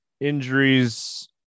injuries